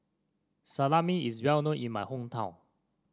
salami is well known in my hometown